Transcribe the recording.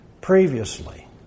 previously